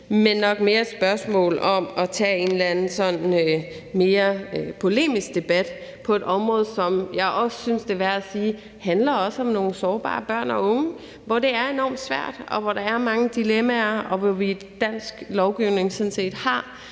er nok mere et spørgsmål om at tage en eller anden sådan mere polemisk debat på et område, hvor jeg også synes, det er værd at sige, at det handler om nogle sårbare børn og unge, hvor det er enormt svært, hvor der er mange dilemmaer, og hvor vi i dansk lovgivning sådan set har